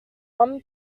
one